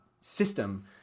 system